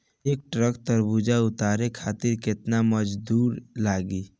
एक ट्रक तरबूजा उतारे खातीर कितना मजदुर लागी?